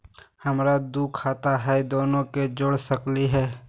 हमरा दू खाता हय, दोनो के जोड़ सकते है?